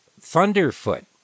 Thunderfoot